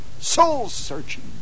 soul-searching